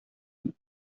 noch